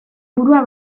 burua